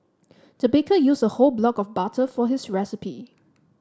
the baker used a whole block of butter for this recipe